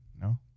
no